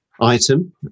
item